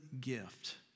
gift